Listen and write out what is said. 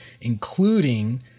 including